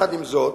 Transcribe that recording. עם זאת,